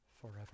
Forever